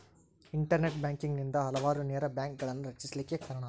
internet banking ನಿಂದಾ ಹಲವಾರು ನೇರ ಬ್ಯಾಂಕ್ಗಳನ್ನ ರಚಿಸ್ಲಿಕ್ಕೆ ಕಾರಣಾತು